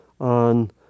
on